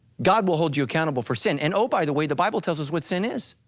god will hold you accountable for sin and oh by the way the bible tells us what sin is.